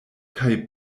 kaj